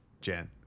Jen